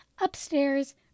upstairs